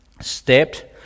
stepped